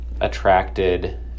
attracted